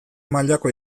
mailako